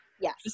Yes